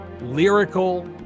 lyrical